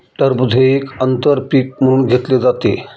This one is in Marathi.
टरबूज हे एक आंतर पीक म्हणून घेतले जाते